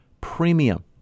premium